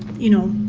you know,